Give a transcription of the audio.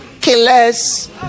killers